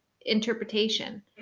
interpretation